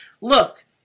look